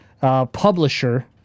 publisher